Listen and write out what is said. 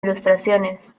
ilustraciones